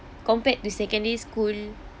compared to secondary school